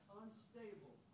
unstable